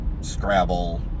Scrabble